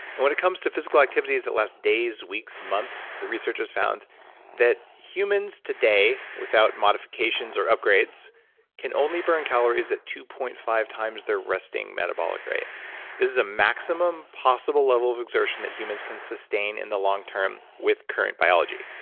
and when it comes to physical activities that last days, weeks, months, the researchers found that humans today without modifications or upgrades can only burn calories at two point five times their resting metabolic rate this is a maximum possible level of exertion that humans can sustain in the long-term with current biology,